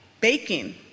baking